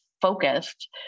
focused